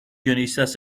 guionistas